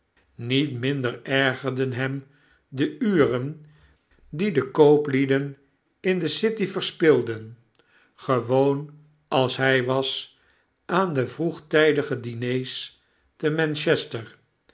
met mindei ergerden hem de uren die de kooplieden in de city verspilden gewoon als hy was aan de vroegtydige diners te